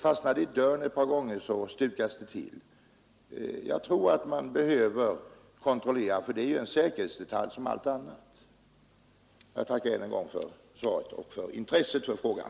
Fastnar det i dörren ett par gånger kan det stukas det till. Jag anser att även bältena skall kontrolleras. Denna detalj är ju en av de viktigaste då det gäller säkerheten. Jag tackar än en gång för svaret och för statsrådets intresse för frågan.